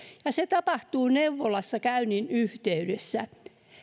ja se tapahtuu neuvolassa käynnin yhteydessä